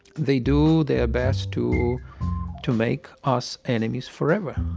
they do their best to to make us enemies forever.